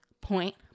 point